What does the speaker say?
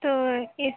तो